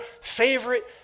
favorite